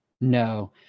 No